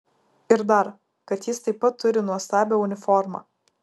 ir dar kad jis taip pat turi nuostabią uniformą